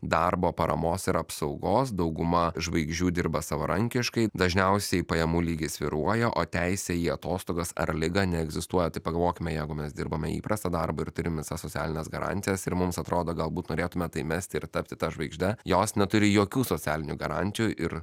darbo paramos ir apsaugos dauguma žvaigždžių dirba savarankiškai dažniausiai pajamų lygis svyruoja o teisė į atostogas ar ligą neegzistuoja tai pagalvokime jeigu mes dirbame įprastą darbą ir turime visas socialines garantijas ir mums atrodo galbūt norėtumėme tai mesti ir tapti ta žvaigžde jos neturi jokių socialinių garantijų ir